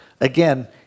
again